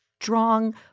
strong